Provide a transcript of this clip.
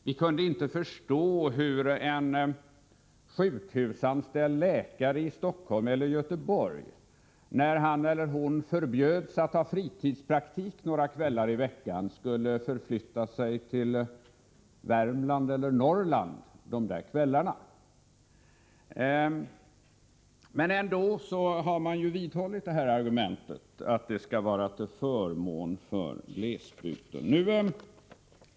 Vi kunde inte förstå hur en sjukhusanställd läkare i Stockholm eller Göteborg, när han eller hon förbjöds att ha fritidspraktik några kvällar i veckan, skulle förflytta sig till Värmland eller Norrland de där kvällarna. Ändå har man vidhållit argumentet att det skall vara till förmån för glesbygden.